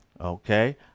Okay